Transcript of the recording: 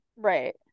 Right